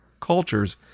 cultures